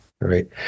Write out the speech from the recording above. Right